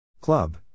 Club